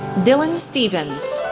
dylan stephens,